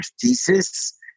thesis